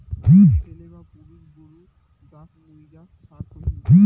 ছেলে বা পুরুষ গরু যাক মুইরা ষাঁড় কহি